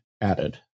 added